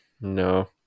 no